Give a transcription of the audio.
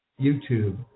YouTube